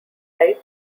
type